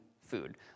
food